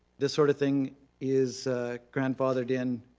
this sort of thing is grandfathered in,